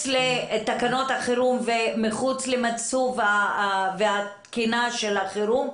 לתקנות החירום ומחוץ למיצוב ולתקינה של החירום,